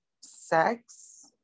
sex